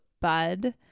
bud